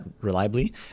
reliably